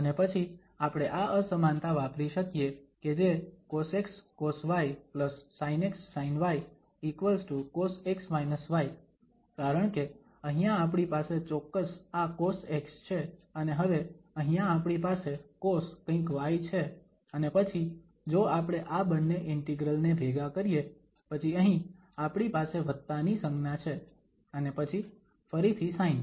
અને પછી આપણે આ અસમાનતા વાપરી શકીએ કે જે cosxcosysinxsinycos કારણકે અહીંયા આપણી પાસે ચોક્કસ આ cosx છે અને હવે અહીંયા આપણી પાસે કોસ કંઈક y છે અને પછી જો આપણે આ બંને ઇન્ટિગ્રલ ને ભેગા કરીએ પછી અહીં આપણી પાસે વત્તા ની સંજ્ઞા છે અને પછી ફરીથી સાઇન